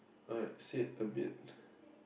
alright said a bit